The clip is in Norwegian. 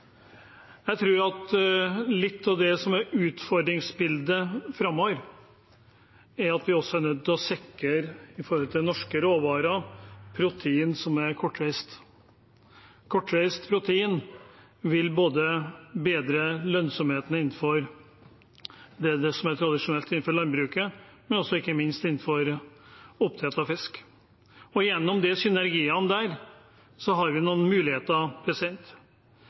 utfordringsbildet framover, er at vi med tanke på norske råvarer er nødt til å sikre protein som er kortreist. Kortreist protein vil bedre lønnsomheten både innenfor det som er tradisjonelt innenfor landbruket, og ikke minst innenfor oppdrett av fisk. Gjennom de synergiene har vi noen muligheter.